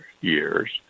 years